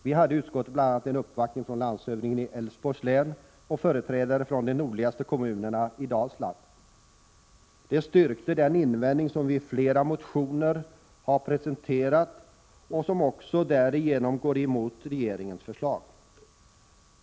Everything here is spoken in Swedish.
Vi hade i utskottet bl.a. en uppvaktning från landshövdingen i Älvsborgs län och företrädare från de nordligaste kommunerna i Dalsland. Det styrkte den invändning som vi i flera motioner har presenterat, och även därigenom går vi emot regeringens förslag.